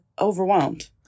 overwhelmed